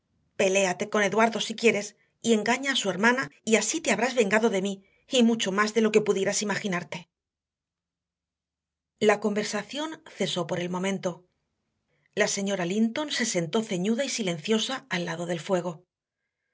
peléate con eduardo si quieres y engaña a su hermana y así te habrás vengado de mí y mucho más de lo que pudieras imaginarte la conversación cesó por el momento la señora linton se sentó ceñuda y silenciosa al lado del fuego